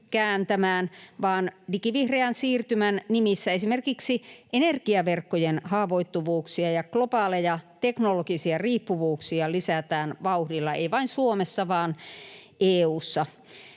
kääntämään, vaan digivihreän siirtymän nimissä esimerkiksi energiaverkkojen haavoittuvuuksia ja globaaleja teknologisia riippuvuuksia lisätään vauhdilla, ei vain Suomessa vaan EU:ssa.